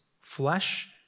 flesh